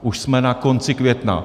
Už jsme na konci května.